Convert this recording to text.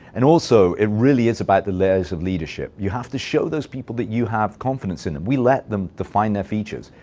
and also, it really is about the layers of leadership. you have to show those people that you have confidence in them. we let them define their features.